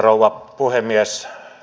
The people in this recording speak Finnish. arvoisa puhemies